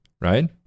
right